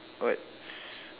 what's